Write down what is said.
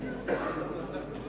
(תיקון),